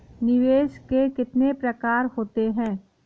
निवेश के कितने प्रकार होते हैं?